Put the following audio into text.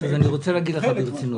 אני רוצה להגיד לך ברצינות,